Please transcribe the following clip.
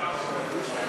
כבוד השר?